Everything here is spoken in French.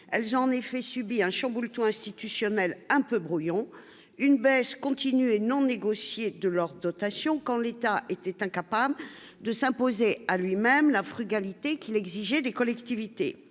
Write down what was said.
elles ont en effet subi un chamboule-tout institutionnel un peu brouillon, une baisse continue et non négociée de leur dotation quand l'État était incapable de s'imposer à lui-même la frugalité qu'il exigeait des collectivités